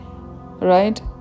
Right